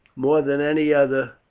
more than any other,